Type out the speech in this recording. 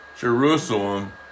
Jerusalem